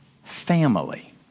Family